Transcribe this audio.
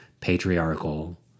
patriarchal